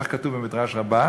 כך כתוב במדרש רבה.